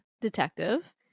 detective